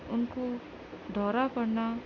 ان کو دورہ پڑنا